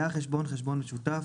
היה החשבון חשבון משותף,